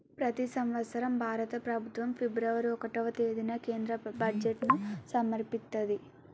ప్రతి సంవత్సరం భారత ప్రభుత్వం ఫిబ్రవరి ఒకటవ తేదీన కేంద్ర బడ్జెట్ను సమర్పిత్తది